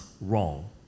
wrong